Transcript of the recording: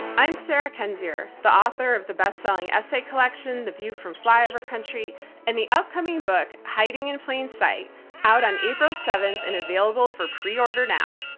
i'm sarah kendzior, the author of the best selling essay collection, the view from flyover country and the upcoming book hiding in plain sight out on april seventh and available for pre-order now.